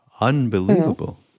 unbelievable